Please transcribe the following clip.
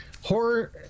horror